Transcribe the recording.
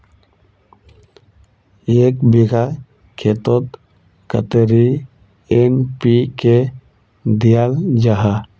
एक बिगहा खेतोत कतेरी एन.पी.के दियाल जहा?